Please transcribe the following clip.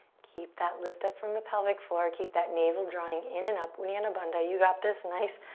keep that lift up from the pelvic floor. keep that navel drawing in and up. uddiyana bandha. you got this. nice,